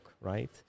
right